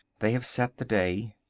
they have set the day.